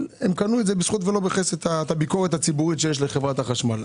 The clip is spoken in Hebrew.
הם קנו את זה בזכות ולא בחסד את הביקורת הציבורית שיש על חברת החשמל.